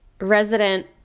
resident